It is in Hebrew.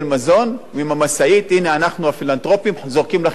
ועם המשאית: הנה אנחנו הפילנתרופים זורקים לכם ארגזים,